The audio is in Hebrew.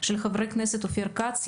של חברי הכנסת אופיר כץ,